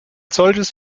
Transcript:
solches